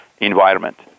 environment